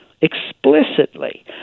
explicitly